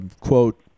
quote